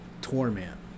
torment